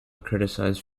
criticised